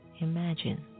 imagine